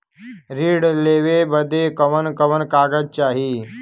ऋण लेवे बदे कवन कवन कागज चाही?